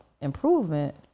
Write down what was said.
improvement